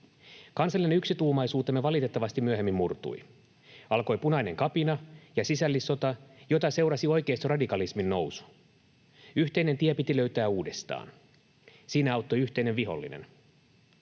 Kansallinen yksituumaisuutemme valitettavasti myöhemmin murtui. Alkoi punainen kapina ja sisällissota, jota seurasi oikeistoradikalismin nousu. Yhteinen tie piti löytää uudestaan. Siinä auttoi yhteinen vihollinen.